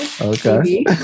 Okay